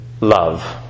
love